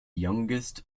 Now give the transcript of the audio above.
youngest